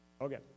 Okay